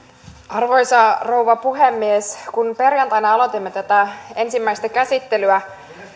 arvoisa rouva puhemies kun perjantaina aloitimme tätä ensimmäistä käsittelyä